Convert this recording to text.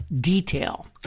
detail